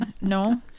no